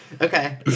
Okay